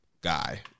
guy